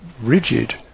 rigid